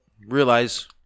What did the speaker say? realize